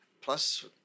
Plus